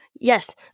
Yes